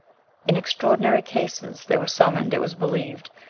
in extraordinary cases they were summoned, it was believed,